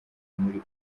muri